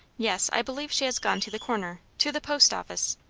yes. i believe she has gone to the corner to the post office.